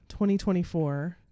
2024